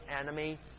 enemy